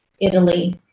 Italy